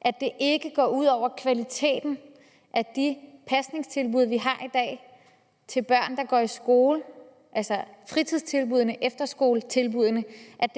at det ikke går ud over kvaliteten af de pasningstilbud, vi har i dag, til børn, der går i skole, altså fritidstilbuddene, efter skole-tilbuddene, at